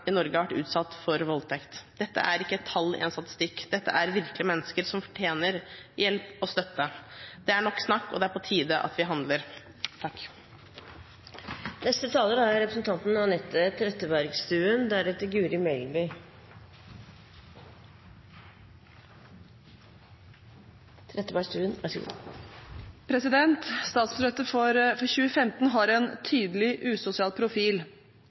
Norge har vært utsatt for voldtekt. Dette er ikke et tall i en statistikk, dette er virkelige mennesker som fortjener hjelp og støtte. Det er nok snakk, og det er på tide at vi handler.